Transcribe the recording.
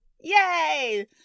Yay